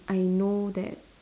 I know that